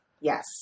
Yes